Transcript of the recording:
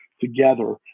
together